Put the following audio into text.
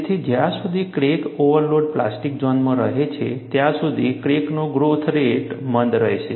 તેથી જ્યાં સુધી ક્રેક ઓવરલોડ પ્લાસ્ટિક ઝોનમાં રહે છે ત્યાં સુધી ક્રેકનો ગ્રોથ રેટ મંદ રહેશે